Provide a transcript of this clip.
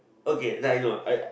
okay now I know I